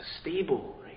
stable